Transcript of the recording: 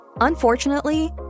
Unfortunately